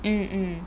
mm mm